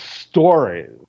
stories